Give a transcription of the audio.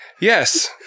Yes